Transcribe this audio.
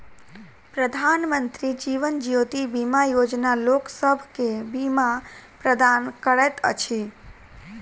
प्रधानमंत्री जीवन ज्योति बीमा योजना लोकसभ के बीमा प्रदान करैत अछि